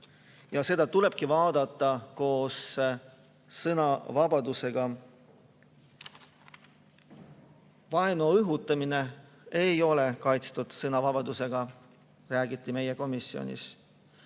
ja neid tulebki vaadata koos sõnavabadusega. Vaenu õhutamine ei ole kaitstud sõnavabadusega, räägiti meie komisjonis.